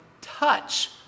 touch